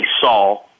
saw